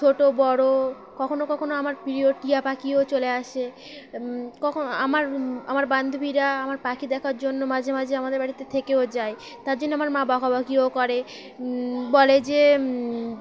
ছোটো বড়ো কখনও কখনও আমার প্রিয় টিয়া পাখিও চলে আসে কখন আমার আমার বান্ধবীরা আমার পাখি দেখার জন্য মাঝে মাঝে আমাদের বাড়িতে থেকেও যায় তার জন্য আমার মা বাবা বাাকিও করে বলে যে